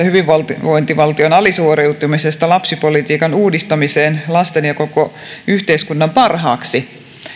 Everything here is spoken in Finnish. hyvinvointivaltion alisuoriutumisesta lapsipolitiikan uudistamiseen lasten ja koko yhteiskunnan parhaaksi joka on luettavissa tästä kirjasta